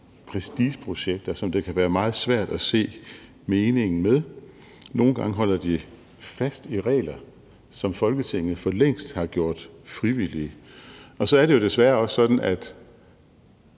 prestigeprojekter, som det kan være meget svært at se meningen med. Nogle gange holder de fast i regler, som Folketinget for længst har gjort frivillige, og så er det jo desværre også sådan, og